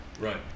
right